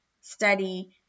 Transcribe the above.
study